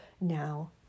now